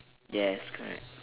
yes correct